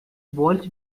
boils